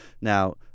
Now